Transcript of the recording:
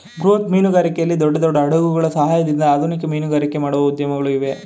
ಬೃಹತ್ ಮೀನುಗಾರಿಕೆಯಲ್ಲಿ ದೊಡ್ಡ ದೊಡ್ಡ ಹಡಗುಗಳ ಸಹಾಯದಿಂದ ಆಧುನಿಕ ಮೀನುಗಾರಿಕೆ ಮಾಡುವ ಉದ್ಯಮಗಳು ಇವೆ